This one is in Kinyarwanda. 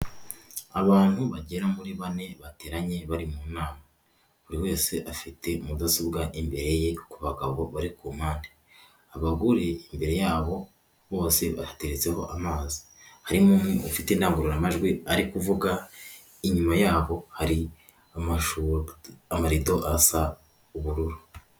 Abantu bagera muri bane bateranye bari mu nama. Buri wese afite mudasobwa imbere ye ku bagabo bari ku mpande. Abagore imbere yabo bose bahateretseho amazi, harimo umwe ufite indangururajwi ari kuvuga, inyuma yaho hari amarido asa ubururu.